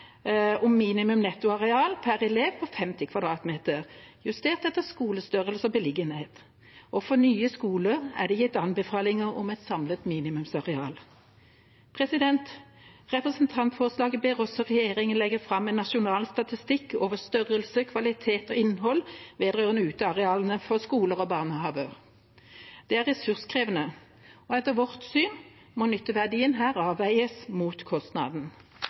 om minimum nettoareal per elev på 50 m 2 , justert etter skolestørrelse og beliggenhet. For nye skoler er det gitt anbefalinger om et samlet minimumsareal. Representantforslaget ber også regjeringa legge fram en nasjonal statistikk over størrelse, kvalitet og innhold vedrørende utearealene for skoler og barnehager. Det er ressurskrevende, og etter vårt syn må nytteverdien her avveies mot kostnaden.